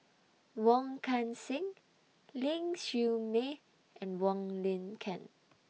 Wong Kan Seng Ling Siew May and Wong Lin Ken